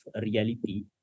reality